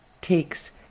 takes